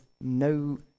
no